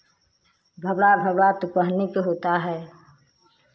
घबड़ा घबड़ा तो कहने के होता है